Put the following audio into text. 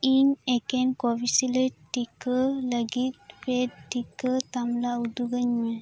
ᱤᱧ ᱮᱠᱮᱱ ᱠᱚᱵᱷᱤᱥᱤᱞᱰ ᱴᱤᱠᱟᱹ ᱞᱟᱹᱜᱤᱫ ᱯᱮᱰ ᱴᱤᱠᱟᱹ ᱛᱟᱞᱢᱟ ᱩᱫᱩᱜ ᱟᱹᱧᱢᱮ